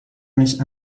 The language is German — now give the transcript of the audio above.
mich